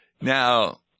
Now